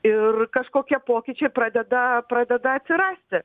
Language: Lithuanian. ir kažkokie pokyčiai pradeda pradeda atsirasti